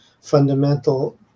fundamental